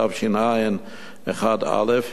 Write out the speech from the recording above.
תש"ע 1(א),